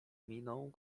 miną